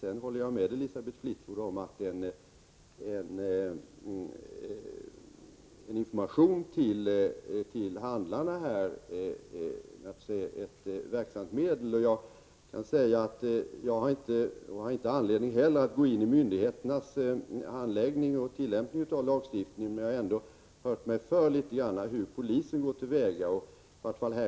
Jag håller med Elisabeth Fleetwood om att information till handlarna är ett verksamt medel. Jag kan säga att jag inte heller har anledning att gå in i myndigheternas handläggning och tillämpning av lagstiftningen. Jag har ändå hört mig för hur polisen har gått till väga.